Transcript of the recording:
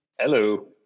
Hello